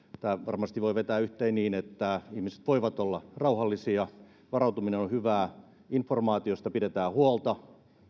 tämän varmasti voi vetää yhteen niin että ihmiset voivat olla rauhallisia varautuminen on on hyvää informaatiosta pidetään huolta